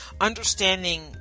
understanding